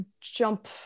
jump